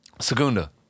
Segunda